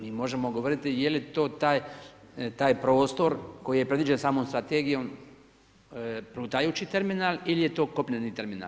Mi možemo govoriti je li to taj prostor koji je predviđen samom strategijom plutajući terminal ili je to kopneni terminal.